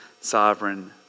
sovereign